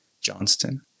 Johnston